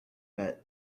bet